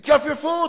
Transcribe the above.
התייפייפות,